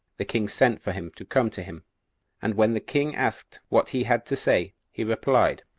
the king sent for him to come to him and when the king asked what he had to say, he replied,